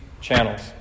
channels